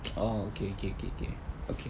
oh okay okay okay okay okay